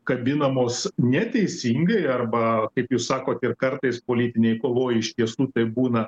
kabinamos neteisingai arba kaip jūs sakot ir kartais politinėj kovoj iš tiesų tai būna